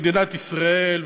מדינת ישראל,